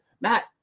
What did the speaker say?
Matt